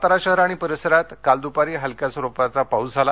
सातारा शहर आणि परिसरात द्पारी हलक्या स्वरूपाचा पाऊस झाला